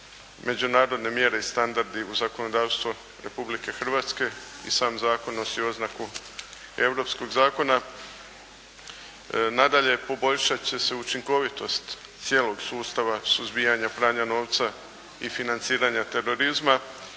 međunarodne mjere i standardi u zakonodavstvo Republike Hrvatske i sam zakon nosi oznaku europskog zakona. Nadalje, poboljšat će se učinkovitost cijelog sustava suzbijanja pranja novca i financiranja terorizma